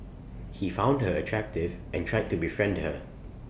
he found her attractive and tried to befriend her